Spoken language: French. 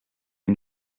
mes